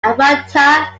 advaita